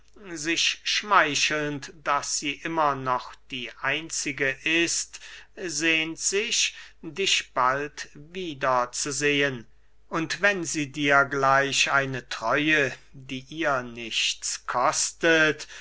sich schmeichelnd daß sie immer noch die einzige ist sehnt sich dich bald wieder zu sehen und wenn sie dir gleich eine treue die ihr nichts kostet